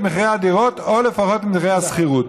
מחירי הדירות או לפחות את מחירי השכירות.